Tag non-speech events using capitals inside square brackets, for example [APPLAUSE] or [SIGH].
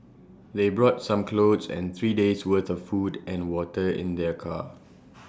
they brought some clothes and three days' worth of food and water in their car [NOISE]